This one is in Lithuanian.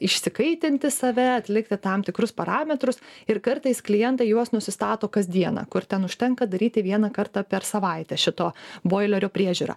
išsikaitinti save atlikti tam tikrus parametrus ir kartais klientai juos nusistato kasdieną kur ten užtenka daryti vieną kartą per savaitę šito boilerio priežiūra